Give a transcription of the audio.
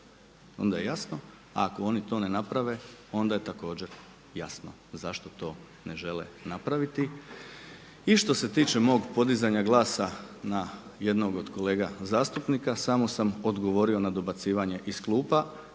onda je jasno a ako oni to ne naprave onda je također jasno zašto to ne žele napraviti. I što se tiče mog podizanja glasa na jednog od kolega zastupnika samo sam odgovorio na dobacivanje iz klupa.